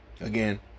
Again